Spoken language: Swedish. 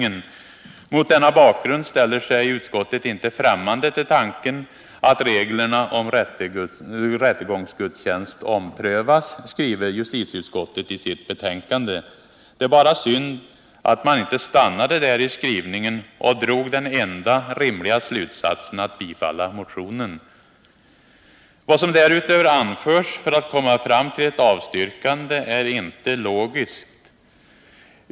Och justitieutskottet skriver i sitt betänkande: ”Mot denna bakgrund ställer sig utskottet inte främmande till tanken att reglerna om rättegångsgudstjänst omprövas.” Det är bara synd att man inte stannade där i skrivningen och drog den enda rimliga slutsatsen att tillstyrka motionen. Vad som därutöver anförs för att komma fram till ett avstyrkande är inte logiskt.